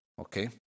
Okay